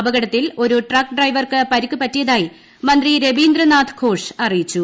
അപകടത്തിൽ ഒരു ട്രക്ക് ഡ്രൈവർക്ക് പരിക്ക് പറ്റിയതായി മന്ത്രി രബീന്ദ്രനാഥ് ഘോഷ് അറിയിച്ചു